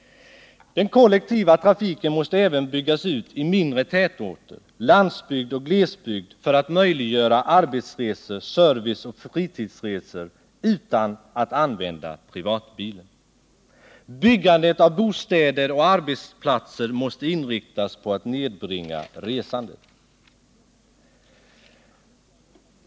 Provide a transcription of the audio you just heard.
Den kollektiva trafiken måste även byggas ut i mindre tätorter, landsbygd och glesbygd för att möjliggöra arbetsresor, serviceoch fritidsresor utan användande av privatbil. Byggandet av bostäder och arbetsplatser måste inriktas på att nedbringa resandet.